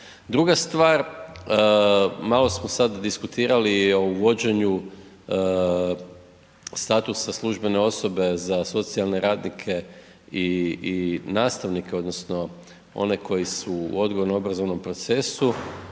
Druga stvar, malo smo sad diskutirali o uvođenju statusa službene osobe za socijalne radnike i nastavnike odnosno koji su u odgojno-obrazovnom procesu